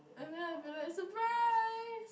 and then I'll be like surprise